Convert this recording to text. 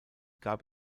gab